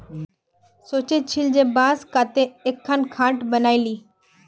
सोचे छिल जे बांस काते एकखन खाट बनइ ली